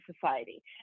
society